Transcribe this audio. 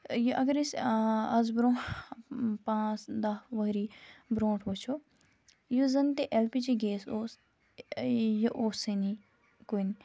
یہِ اگر أسۍ اَز برونٛہہ پانژھ دَہ ؤری برونٹھ وُچھو یُس زَن تہِ ایل پی جی گیس اوس یہِ اوسٕے نہٕ کُنہِ